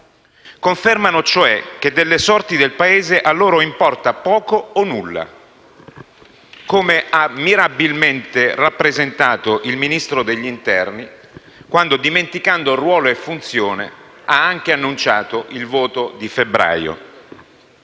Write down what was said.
Confermano, cioè, che delle sorti del Paese a loro importa poco o nulla, come ha mirabilmente rappresentato il Ministro dell'interno quando, dimenticando ruolo e funzione, ha anche annunciato il voto di febbraio,